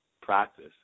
practice